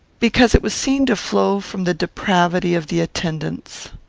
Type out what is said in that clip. because it was seen to flow from the depravity of the attendants.